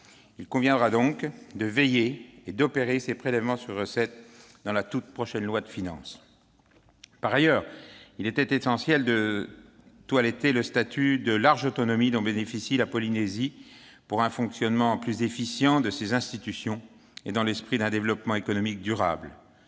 Il conviendra donc de veiller à opérer ce prélèvement sur recettes au travers de la prochaine loi de finances. Par ailleurs, il était essentiel de toiletter le statut de large autonomie dont bénéficie la Polynésie, pour un fonctionnement plus efficient de ses institutions et dans une perspective de développement économique durable.